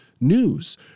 news